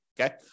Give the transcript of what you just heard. okay